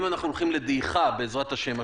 אם אנחנו הולכים לדעיכה בעזרת השם,